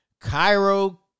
Cairo